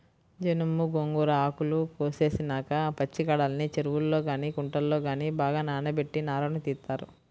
జనుము, గోంగూర ఆకులు కోసేసినాక పచ్చికాడల్ని చెరువుల్లో గానీ కుంటల్లో గానీ బాగా నానబెట్టి నారను తీత్తారు